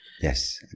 Yes